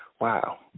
wow